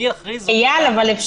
מי יכריז זו נקודה שונה.